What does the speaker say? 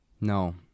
No